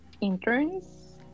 interns